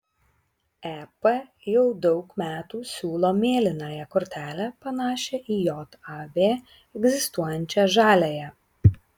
ep jau daug metų siūlo mėlynąją kortelę panašią į jav egzistuojančią žaliąją